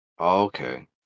Okay